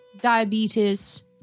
diabetes